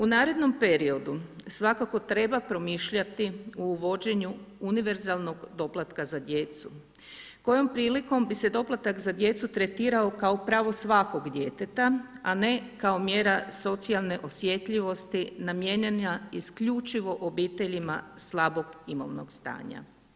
U narednom periodu svakako treba promišljati o uvođenju univerzalnog doplatka za djecu, kojom prilikom bi se doplatak za djecu tretirao kao pravo svakog djeteta a ne kao mjera socijalne osjetljivosti namijenjena isključivo obiteljima slabog imovnog stanja.